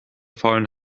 faulen